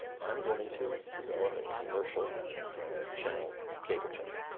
i'm going to develop a commercial channel, cable channel,